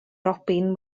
robin